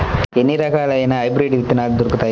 ఎన్ని రకాలయిన హైబ్రిడ్ విత్తనాలు దొరుకుతాయి?